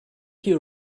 you